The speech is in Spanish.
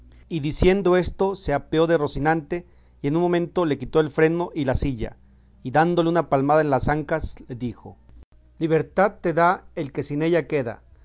y diciendo esto se apeó de rocinante y en un momento le quitó el freno y la silla y dándole una palmada en las ancas le dijo libertad te da el que sin ella queda